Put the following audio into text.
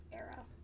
era